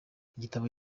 igitabo